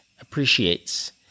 appreciates